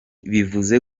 bivuze